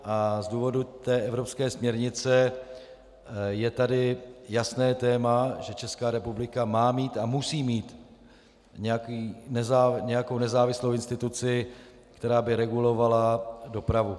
Z důvodu evropské směrnice je tady jasné téma, že Česká republika má mít a musí mít nějakou nezávislou instituci, která by regulovala dopravu.